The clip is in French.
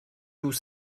vous